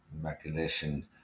Recognition